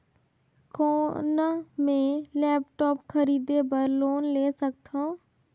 कौन मैं लेपटॉप खरीदे बर लोन ले सकथव?